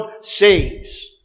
saves